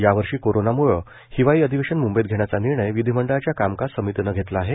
यावर्षी कोरोना मुळं हिवाळी अधिवेशन मुंबईत घेण्याचा निर्णय विधीमंडळाच्या कामकाज समितीनं घेतला आहे